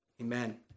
Amen